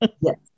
Yes